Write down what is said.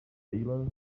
failure